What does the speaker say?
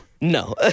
No